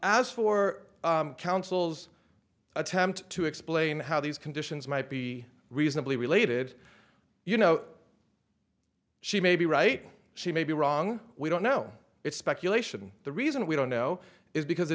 as for councils attempt to explain how these conditions might be reasonably related you know she may be right she may be wrong we don't know it's speculation the reason we don't know is because